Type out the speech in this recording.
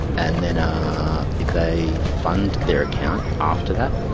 and then if they fund their account after that,